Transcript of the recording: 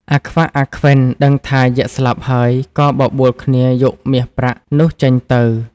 អាខ្វាក់ អាខ្វិន ដឹងថាយក្ខស្លាប់ហើយ ក៏បបួលគ្នាយកមាសប្រាក់នោះចេញទៅ។